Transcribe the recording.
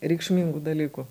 reikšmingų dalykų